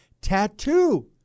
tattoo